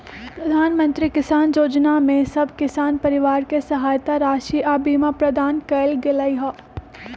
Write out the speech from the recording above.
प्रधानमंत्री किसान जोजना में सभ किसान परिवार के सहायता राशि आऽ बीमा प्रदान कएल गेलई ह